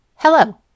Hello